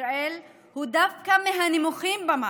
בישראל הוא דווקא מהנמוכים במערב.